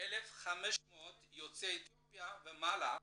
1,500 יוצאי אתיופיה ומעלה,